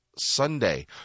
sunday